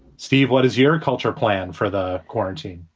steve what is your culture plan for the quarantine?